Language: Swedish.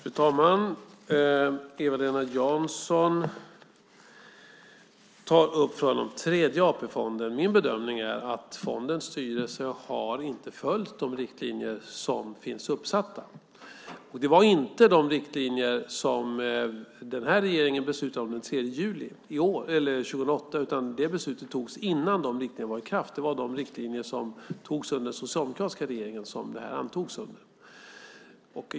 Fru talman! Eva-Lena Jansson tar upp frågan om Tredje AP-fonden. Min bedömning är att fondens styrelse inte har följt de riktlinjer som finns uppsatta. Det var inte de riktlinjer som den här regeringen beslutade om den 3 juli 2008, utan det beslutet togs innan dessa riktlinjer var i kraft. Det var de riktlinjer som togs under den socialdemokratiska regeringen som detta antogs under.